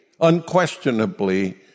unquestionably